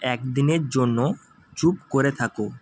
এক দিনের জন্য চুপ করে থাকো